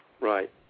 Right